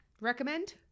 Recommend